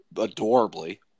adorably